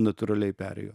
natūraliai perėjo